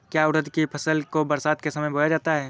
क्या उड़द की फसल को बरसात के समय बोया जाता है?